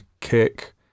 kick